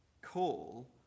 call